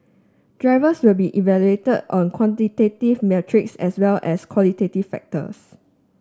drivers will be evaluated on quantitative metrics as well as qualitative factors